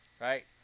Right